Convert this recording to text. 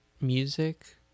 music